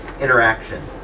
interaction